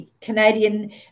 Canadian